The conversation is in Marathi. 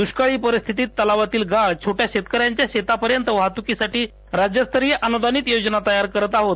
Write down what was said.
दुष्काळी परिस्थितील तलावातील गाळ छोट्या शेतक यांच्या शेतापर्यंत वाहतूकीसाठी राज्यस्थरीय अनुदानीत योजना तयार करत आहोत